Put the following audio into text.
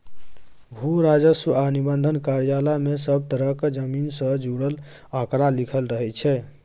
भू राजस्व आ निबंधन कार्यालय मे सब तरहक जमीन सँ जुड़ल आंकड़ा लिखल रहइ छै